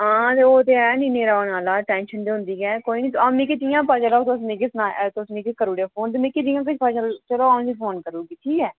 आं ओह् ते एह् न्हेरा होने आह्ला टैंशन ते होंदी गै एह् कोई नेईं मिगी जि'यां पती चला तुस मिकी सनाएओ तुस मिगी करी ओड़ो ओह् फोन ते मिगी जि'यां किश पता चलग ते में तुसे गी फोन करी ओड़गी ठीक ऐ